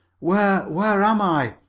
where where am i?